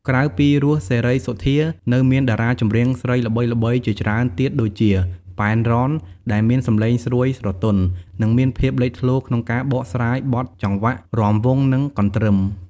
ក្រៅពី រស់ សេរីសុទ្ធា នៅមានតារាចម្រៀងស្រីល្បីៗជាច្រើនទៀតដូចជា ប៉ែន រ៉ន ដែលមានសំឡេងស្រួយស្រទន់ និងមានភាពលេចធ្លោក្នុងការបកស្រាយបទចង្វាក់រាំវង់ និងកន្ទ្រឹម។